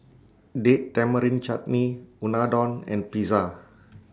Date Tamarind Chutney Unadon and Pizza